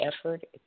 effort